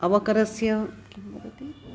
अवकरस्य किं भवति